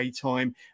time